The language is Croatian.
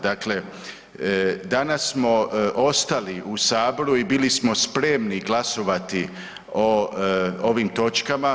Dakle, danas smo ostali u Saboru i bili smo spremni glasovati o ovim točkama.